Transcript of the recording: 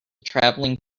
traveling